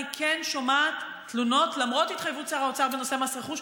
אני כן שומעת תלונות למרות התחייבות שר האוצר בנושא מס רכוש.